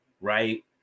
right